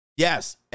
Yes